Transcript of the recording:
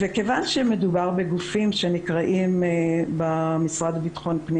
וכיוון שמדובר בגופים שנקראים במשרד לביטחון הפנים